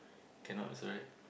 cannot also right